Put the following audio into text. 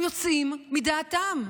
והם יוצאים מדעתם.